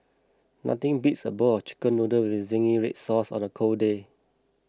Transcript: nothing beats a bowl of Chicken Noodles with Zingy Red Sauce on a cold day